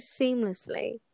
seamlessly